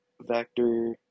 Vector